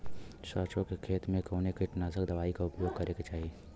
सरसों के खेत में कवने कीटनाशक दवाई क उपयोग करे के चाही?